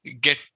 get